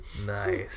Nice